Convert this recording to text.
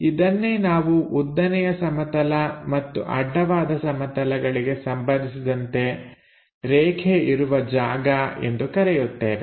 ಇದನ್ನೇ ನಾವು ಉದ್ದನೆಯ ಸಮತಲ ಮತ್ತು ಅಡ್ಡವಾದ ಸಮತಲಗಳಿಗೆ ಸಂಬಂಧಿಸಿದಂತೆ ರೇಖೆ ಇರುವ ಜಾಗ ಎಂದು ಕರೆಯುತ್ತೇವೆ